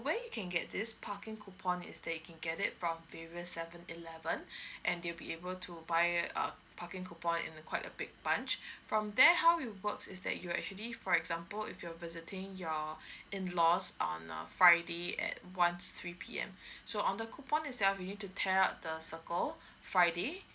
where you can get this parking coupon is that you can get it from various seven eleven and they'll be able to buy err parking coupon in a quite a big bunch from there how it works is that you are actually for example if you're visiting your in laws on a friday at one to three P_M so on the coupon itself you need to tear up the circle friday